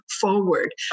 forward